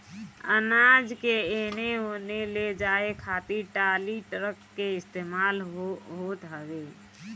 अनाज के एने ओने ले जाए खातिर टाली, ट्रक के इस्तेमाल होत हवे